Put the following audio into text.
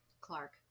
clark